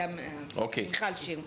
זאת מיכל שיר.